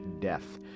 death